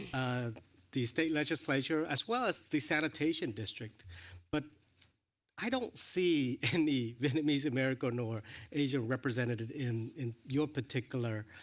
ah the state legislature as well as the sanitation district but i don't see any vietnamese american or asian representatives in in your particular